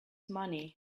money